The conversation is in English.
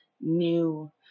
new